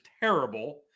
terrible